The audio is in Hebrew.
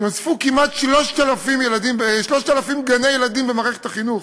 נוספו כמעט 3,000 גני-ילדים במערכת החינוך,